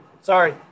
Sorry